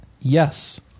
Yes